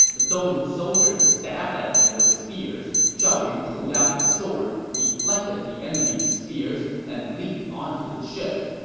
the dongwu soldiers stabbed at him with spears. zhao yun pulled out his sword, deflected the enemy's spears, and leaped onto the ship.